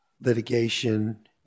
litigation